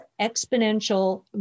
exponential